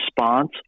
response